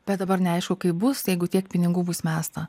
bet dabar neaišku kaip bus jeigu tiek pinigų bus mesta